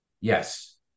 Yes